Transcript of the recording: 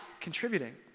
contributing